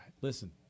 listen